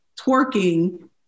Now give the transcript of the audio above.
twerking